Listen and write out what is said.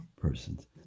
persons